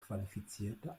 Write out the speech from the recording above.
qualifizierte